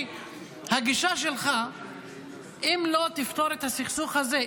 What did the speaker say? הגישה שלך אם לא תפתור את הסכסוך הזה.